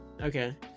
Okay